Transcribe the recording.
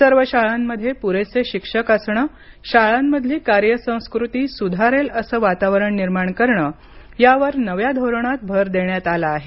सर्व शाळांमध्ये पुरेसे शिक्षक असण शाळांमधली कार्यसंस्कृती सुधारेल असं वातावरण निर्माण करणं यावर नव्या धोरणात भर देण्यात आला आहे